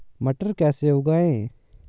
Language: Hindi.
मटर कैसे उगाएं?